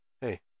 Hey